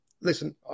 Listen